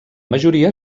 majoria